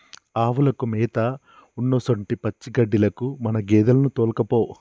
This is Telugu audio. ఆవులకు మేత ఉన్నసొంటి పచ్చిగడ్డిలకు మన గేదెలను తోల్కపో